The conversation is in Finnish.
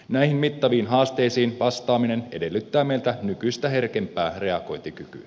näihin mittaviin haasteisiin vastaaminen edellyttää meiltä nykyistä herkempää reagointikykyä